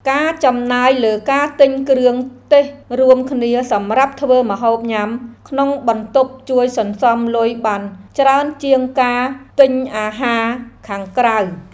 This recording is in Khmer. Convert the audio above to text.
ការចំណាយលើការទិញគ្រឿងទេសរួមគ្នាសម្រាប់ធ្វើម្ហូបញ៉ាំក្នុងបន្ទប់ជួយសន្សំលុយបានច្រើនជាងការទិញអាហារខាងក្រៅ។